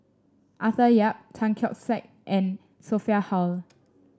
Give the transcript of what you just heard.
Arthur Yap Tan Keong Saik and Sophia Hull